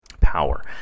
power